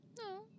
No